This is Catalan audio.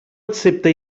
excepte